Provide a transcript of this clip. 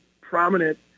prominent